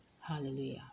hallelujah